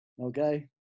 Okay